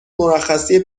مرخصی